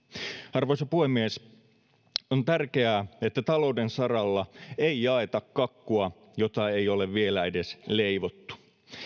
arvoisa puhemies on tärkeää että talouden saralla ei jaeta kakkua jota ei ole vielä edes leivottu